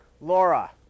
Laura